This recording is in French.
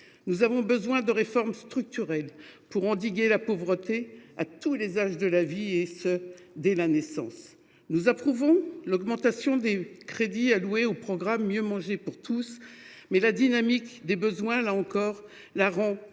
Nous avons besoin de réformes structurelles pour endiguer la pauvreté, à tous les âges de la vie et ce, dès la naissance. Nous approuvons l’augmentation des crédits alloués au programme Mieux manger pour tous, mais la dynamique des besoins la rend toujours insuffisante.